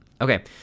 okay